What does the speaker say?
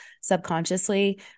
subconsciously